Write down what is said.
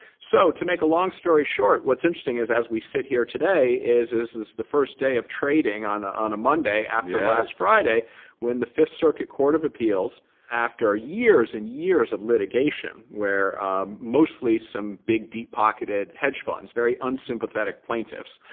so to make a long story short, what's interesting is, as we sit here today, is this is this is the first day of trading on ah on a monday after last friday when the fifth circuit court of appeals after years and years of litigation where mostly some big deep pocketed hedge funds, very unsympathetic plaintiffs,